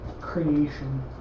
creation